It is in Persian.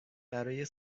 برای